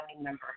member